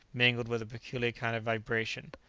mingled with a peculiar kind of vibration.